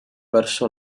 verso